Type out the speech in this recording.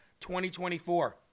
2024